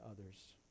others